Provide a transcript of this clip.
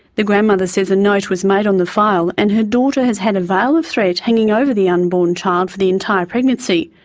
the grandmother says a note was made on the file and her daughter has had a veil of threat hanging over the unborn child for the entire pregnancy,